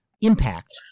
impact